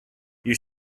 you